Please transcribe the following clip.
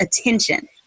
attention